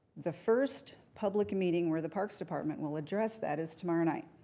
the first public meeting where the parks department will address that is tomorrow night.